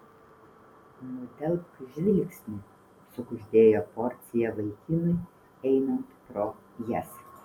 nudelbk žvilgsnį sukuždėjo porcija vaikinui einant pro jas